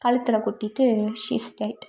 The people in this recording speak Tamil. கழுத்தில் குத்திகிட்டு ஷீஸ் டெட்